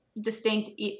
distinct